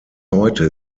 heute